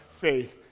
faith